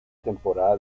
temporada